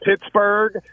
Pittsburgh